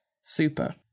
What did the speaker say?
Super